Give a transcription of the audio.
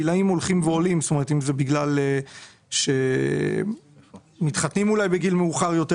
אם זה בגלל שאולי מתחתנים בגיל מבוגר יותר,